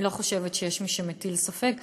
אני לא חושבת שיש מי שמטיל ספק,